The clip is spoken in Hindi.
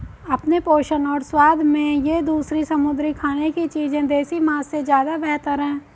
अपने पोषण और स्वाद में ये दूसरी समुद्री खाने की चीजें देसी मांस से ज्यादा बेहतर है